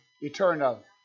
eternal